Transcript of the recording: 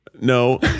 No